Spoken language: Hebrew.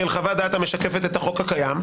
כאל חוות דעת המשקפת את החוק הקיים.